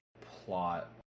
plot